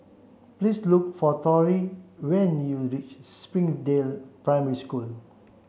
please look for Torrie when you reach Springdale Primary School